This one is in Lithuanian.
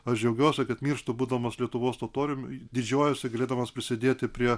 aš džiaugiuosi kad mirštu būdamas lietuvos totorium didžiuojuosi galėdamas prisidėti prie